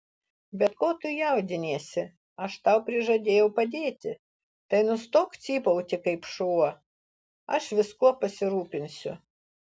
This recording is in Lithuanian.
bet ko tu jaudiniesi aš tau prižadėjau padėti tai nustok cypauti kaip šuo aš viskuo pasirūpinsiu